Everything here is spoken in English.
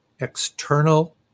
external